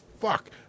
fuck